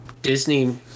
disney